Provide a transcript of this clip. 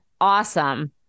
awesome